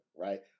Right